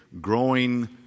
growing